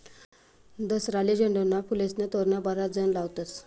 दसराले झेंडूना फुलेस्नं तोरण बराच जण लावतस